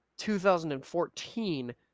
2014